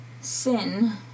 Sin